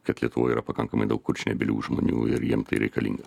kad lietuvoje yra pakankamai daug kurčnebylių žmonių ir jiem tai reikalinga